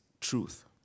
truth